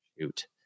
shoot